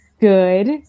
good